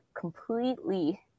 completely